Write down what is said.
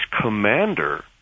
commander